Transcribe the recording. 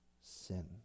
sin